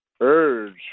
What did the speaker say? urge